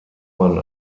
man